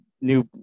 new